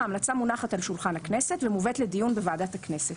ההמלצה מונחת על שולחן הכנסת ומובאת לדיון לוועדת הכנסת.